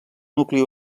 nucli